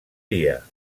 dia